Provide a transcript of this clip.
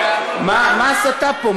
מה ההסתה פה?